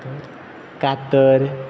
कातर